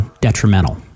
detrimental